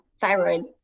thyroid